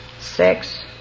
Six